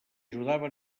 ajudava